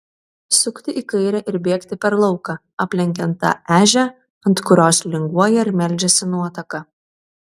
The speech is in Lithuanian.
sukti į kairę ir bėgti per lauką aplenkiant tą ežią ant kurios linguoja ir meldžiasi nuotaka